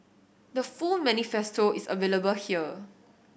the full manifesto is available here